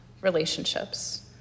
relationships